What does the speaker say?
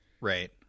Right